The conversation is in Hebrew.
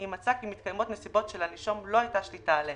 אם מצא כי מתקיימות נסיבות שלנישום לא הייתה שליטה עליהן.